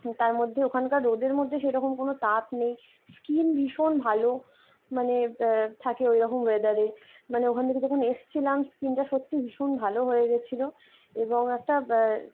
তার মধ্যে ওখানকার রোদের মধ্যে সেইরকম কোনো তাপ নেই স্কিন ভীষণ ভালো মানে থাকে ওই রকম ওয়েদারে মানে ওখান থেকে যখন এসছিলাম স্কিনটা সত্যি ভীষণ ভালো হয়ে গেছিলো এবং একটা